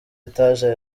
etaje